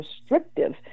restrictive